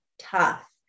tough